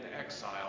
exile